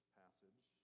passage